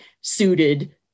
suited